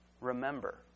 remember